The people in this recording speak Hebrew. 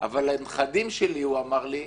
אבל הנכדים שלי, הוא אמר לי,